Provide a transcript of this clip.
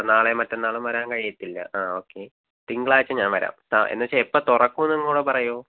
അപ്പം നാളെയും മറ്റന്നാളും വരാൻ കഴിയത്തില്ല ആ ഓക്കെ തിങ്കളാഴ്ച്ച ഞാൻ വരാം അ എന്ന് വെച്ചാൽ എപ്പം തുറക്കുവെന്നുങ്കൂടെ പറയുമോ